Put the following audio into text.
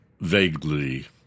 vaguely